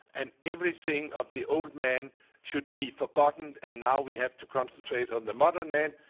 and everything of the old man should be forgotten, and now we have to concentrate on the modern man.